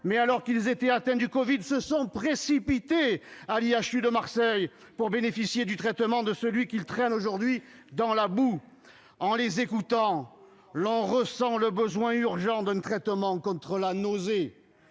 qui, alors qu'ils étaient atteints du covid, se sont précipités à l'institut hospitalo-universitaire de Marseille pour bénéficier du traitement de celui qu'ils traînent aujourd'hui dans la boue. En les écoutant, on ressent le besoin urgent d'un traitement contre la nausée